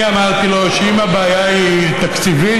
אני אמרתי לו שאם הבעיה היא תקציבית,